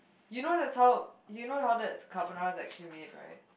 you know that's how you know how that's carbonara is actually made right